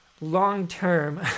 long-term